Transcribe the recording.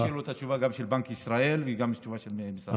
אשאיר לו גם את התשובה של בנק ישראל וגם את התשובה של משרד האוצר.